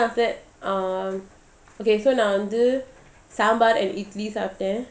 then after that um okay so நான்வந்து:nan vandhu sambal and இட்லிசாப்பிட்டேன்:idli sapten